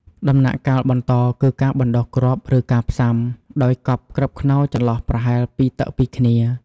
ដំណាក់កាលបន្តគឺការបណ្តុះគ្រាប់ ឬការផ្សាំ ដោយកប់គ្រាប់ខ្នុរចន្លោះប្រហែល ២ តឹកពីគ្នា។